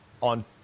on